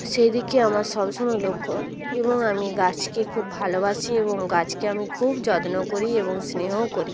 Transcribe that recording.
সেদিকে আমার সব সময় লক্ষ্য এবং আমি গাছকে খুব ভালোবাসি এবং গাছকে আমি খুব যত্ন করি এবং স্নেহও করি